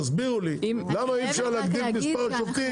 תסבירו לי, למה אי-אפשר להגדיל את מספר השופטים.